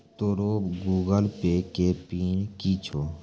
तोरो Google Pay के PIN कि छौं?